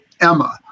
Emma